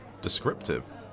Descriptive